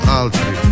altri